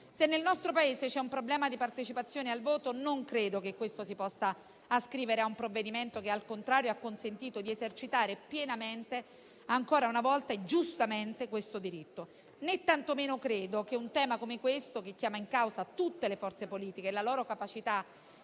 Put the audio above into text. Se nel nostro Paese c'è un problema di partecipazione al voto, non credo che questo si possa a scrivere un provvedimento che, al contrario, ha consentito di esercitare pienamente ancora una volta e giustamente questo diritto. Né tantomeno credo che un tema come questo, che chiama in causa tutte le forze politiche e la loro capacità